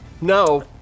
No